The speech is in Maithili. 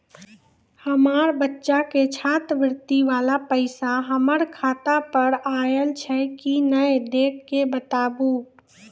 हमार बच्चा के छात्रवृत्ति वाला पैसा हमर खाता पर आयल छै कि नैय देख के बताबू?